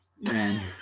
Man